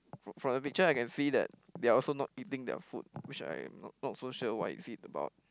from the picture I can see that they are also not eating their food which I'm not not so sure why is it about